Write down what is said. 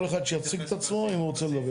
כל אחד שיציג את עצמו אם הוא רוצה לדבר.